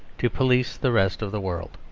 to police the rest of the world.